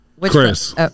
Chris